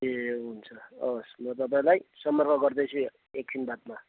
ए हुन्छ हवस् म तपाईँलाई सम्पर्क गर्दैछु एकछिन बादमा